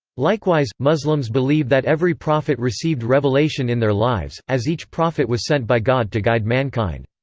likewise, muslims believe that every prophet received revelation in their lives, as each prophet was sent by god to guide mankind.